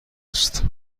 است